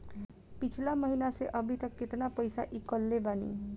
पिछला महीना से अभीतक केतना पैसा ईकलले बानी?